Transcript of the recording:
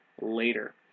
later